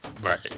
Right